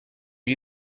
lui